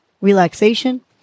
relaxation